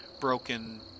broken